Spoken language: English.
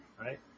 right